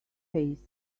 face